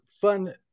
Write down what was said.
fun